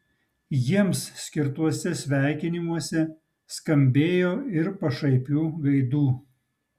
jiems skirtuose sveikinimuose skambėjo ir pašaipių gaidų